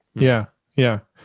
yeah. yeah.